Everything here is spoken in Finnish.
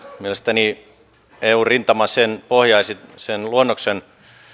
mielestäni eu rintama sen luonnoksen